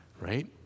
right